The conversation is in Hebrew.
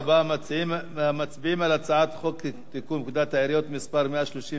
מצביעים על תיקון פקודת העיריות (מס' 131),